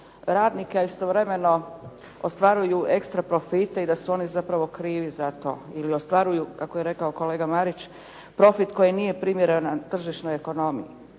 radnike a istovremeno ostvaruju ekstra profite i da su oni zapravo krivi za to ili ostvaruju kako je rekao kolega Marić profit koji nije primjeren tržišnoj ekonomiji.